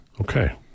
Okay